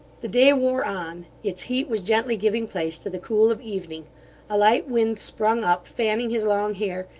the day wore on its heat was gently giving place to the cool of evening a light wind sprung up, fanning his long hair,